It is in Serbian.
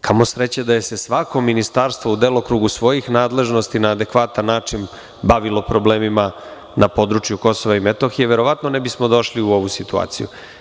Kamo sreće da se svako ministarstvo u delokrugu svojih nadležnosti na adekvatan način bavilo problemima na području Kosova i Metohije, verovatno ne bismo došli u ovu situaciju.